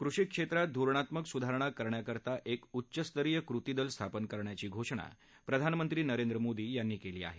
कृषीक्षेत्रात धोरणात्मक सुधारणा करण्याकरता एक उच्चस्तरीय कृतीदल स्थापन करायची घोषणा प्रधानमंत्री नरेंद्र मोदी यांनी केली आहे